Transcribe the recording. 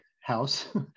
house